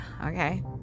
Okay